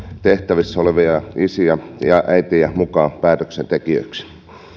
tehtävissä olevia isiä ja äitejä mukaan päätöksentekijöiksi